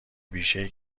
بیشهای